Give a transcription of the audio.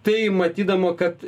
tai matydama kad